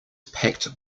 packed